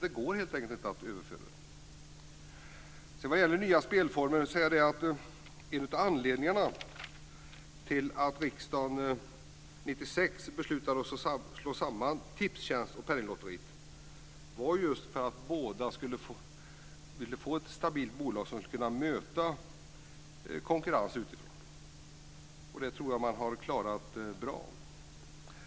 Det går inte helt enkelt att överföra hela vinsten. Vad gäller nya spelformer vill jag säga att en av anledningarna till att riksdagen 1996 beslutade att slå samman Tipstjänst och Penninglotteriet var att båda ville få ett stabilt bolag som skulle kunna möta konkurrensen utifrån. Det tror jag man har klarat bra.